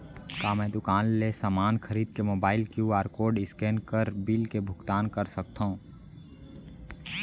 का मैं दुकान ले समान खरीद के मोबाइल क्यू.आर कोड स्कैन कर बिल के भुगतान कर सकथव?